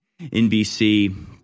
NBC